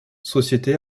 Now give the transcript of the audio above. société